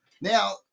Now